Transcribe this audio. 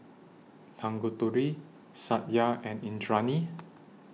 Tanguturi Satya and Indranee